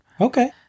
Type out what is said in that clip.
Okay